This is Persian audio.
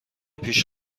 پیش